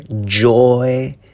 joy